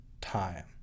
time